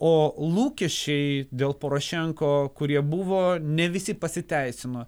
o lūkesčiai dėl porošenko kurie buvo ne visi pasiteisino